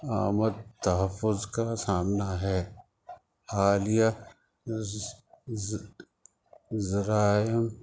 عدم تحفظ کا سامنا ہے حالیہ جرائم